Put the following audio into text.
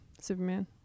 Superman